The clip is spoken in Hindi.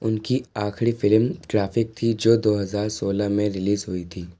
उनकी आखिरी फिल्म ट्रैफिक थी जो दो हजार सोलह में रिलीज़ हुई थी